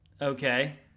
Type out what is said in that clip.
Okay